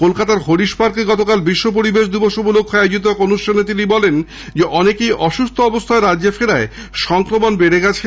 কলকাতার হরিশ পার্কে গতকাল বিশ্ব পরিবেশ দিবস উপলক্ষে আয়োজিত এক অনুষ্ঠানে তিনি বলেন অনেকেই অসুস্থ অবস্থায় রাজ্যে ফেরায় সংক্রমণ বেড়ে গেছে